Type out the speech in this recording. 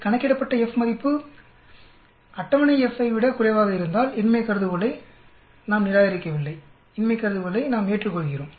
கணக்கிடப்பட்ட F மதிப்பு F அட்டவணையை விட குறைவாக இருந்தால் இன்மை கருதுகோளை நாங்கள் நிராகரிக்கவில்லை இன்மை கருதுகோளை நாம் ஏற்றுக்கொள்கிறோம்